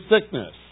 sickness